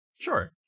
Sure